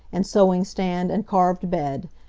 and sewing stand, and carved bed.